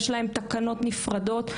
יש להם תקנות נפרדות,